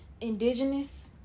indigenous